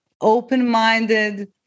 open-minded